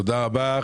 תודה רבה.